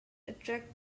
attract